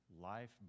life